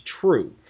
true